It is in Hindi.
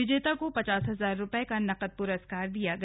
विजेता को पचास हजार रुपये का नकद पुरस्कार दिया गया